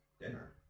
Dinner